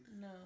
No